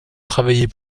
travailler